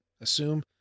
assume